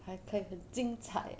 还可以很精彩